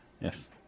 Yes